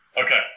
Okay